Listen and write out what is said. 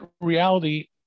reality